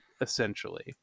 essentially